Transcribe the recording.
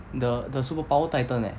the the superpower titan leh